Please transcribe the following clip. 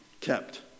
kept